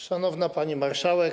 Szanowna Pani Marszałek!